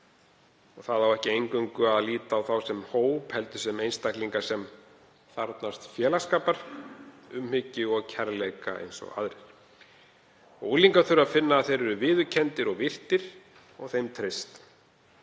Það á ekki eingöngu að líta á þá sem hóp heldur sem einstaklinga sem þarfnast félagsskapar, umhyggju og kærleika eins og aðrir. Unglingar þurfa að finna að þeir séu viðurkenndir og virtir og þeim treyst.